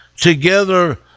together